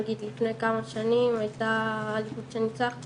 נגיד לפני כמה שנים הייתה אליפות שניצחתי,